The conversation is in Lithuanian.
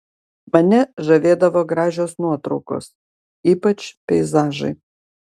mane žavėdavo gražios nuotraukos ypač peizažai